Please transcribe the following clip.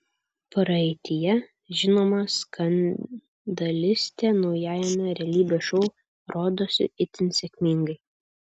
praeityje žinoma skandalistė naujajame realybės šou rodosi itin sėkmingai